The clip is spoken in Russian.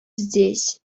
здесь